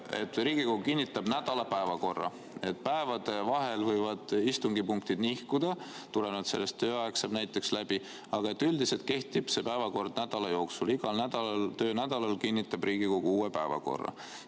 Riigikogu kinnitab nädala päevakorra. Päevade vahel võivad päevakorrapunktid nihkuda tulenevalt sellest, et tööaeg saab näiteks läbi, aga üldiselt kehtib see päevakord nädala jooksul. Igal nädalal, töönädalal kinnitab Riigikogu uue päevakorra. Nüüd,